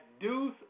deuce